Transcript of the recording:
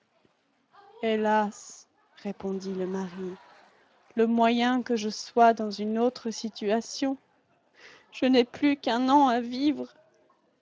hélas répondit le mari le moyen que je sois dans une autre situation je n'ai plus qu'un an à vivre